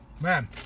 Man